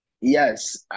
Yes